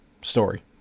story